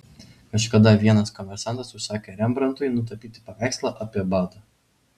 kažkada vienas komersantas užsakė rembrandtui nutapyti paveikslą apie badą